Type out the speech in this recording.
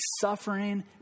suffering